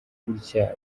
gutya